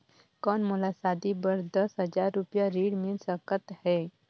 कौन मोला शादी बर दस हजार रुपिया ऋण मिल सकत है?